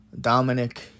Dominic